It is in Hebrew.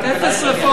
קריאת ביניים.